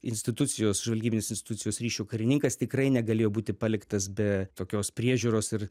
institucijos žvalgybinės institucijos ryšių karininkas tikrai negalėjo būti paliktas be tokios priežiūros ir